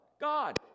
God